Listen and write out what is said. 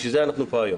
בשביל זה אנחנו פה היום.